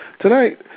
Tonight